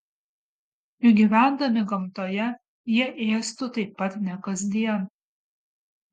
juk gyvendami gamtoje jie ėstų taip pat ne kasdien